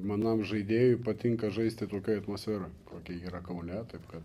manam žaidėjui patinka žaisti tokioj atmosferoj kokia yra kaune taip kad